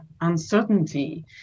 uncertainty